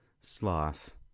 sloth